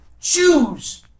choose